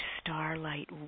starlight